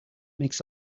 makes